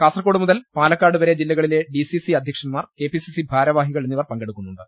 കാസർകോട് മുതൽ പാലക്കാട് വരെ ജില്ല കളിലെ ഡി സി സി അധ്യക്ഷൻമാർ കെ പി സി സി ഭാര വാഹികൾ എന്നിവർ പങ്കെടുക്കുന്നുണ്ട്